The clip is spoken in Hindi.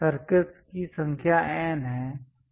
सर्कल्स की संख्या N है